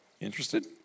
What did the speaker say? Interested